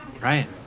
right